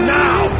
now